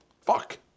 Fuck